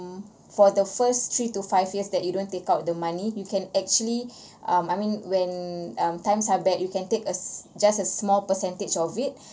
for the first three to five years that you don't take out the money you can actually um I mean when um times are bad you can take a s~ just a small percentage of it